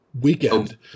weekend